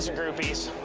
groupies.